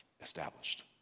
established